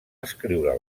escriure